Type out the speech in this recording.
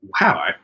wow